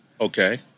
Okay